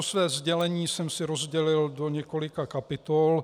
Své sdělení jsem si rozdělil do několika kapitol.